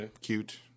cute